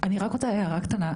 ואני רק רוצה הערה קטנה,